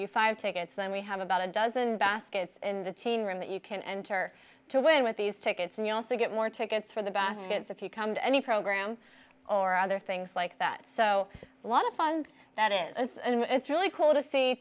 you five tickets then we have about a dozen baskets in the team room that you can enter to win with these tickets and you also get more tickets for the baskets if you come to any program or other things like that so a lot of fun that is it's really cool to see